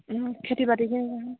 খেতি বাতিকে